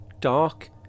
dark